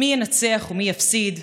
מי ינצח ומי יפסיד,